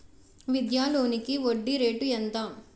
విద్యా లోనికి వడ్డీ రేటు ఎంత?